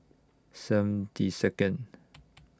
seventy Second